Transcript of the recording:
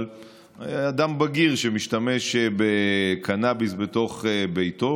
אבל זה אדם בגיר שמשתמש בקנביס בתוך ביתו,